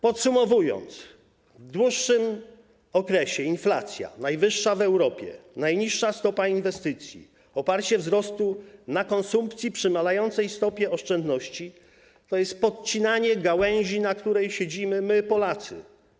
Podsumowując, w dłuższym okresie najwyższa w Europie inflacja, najniższa stopa inwestycji, oparcie wzrostu na konsumpcji przy malejącej stopie oszczędności - to jest podcinanie gałęzi, na której siedzimy my Polacy.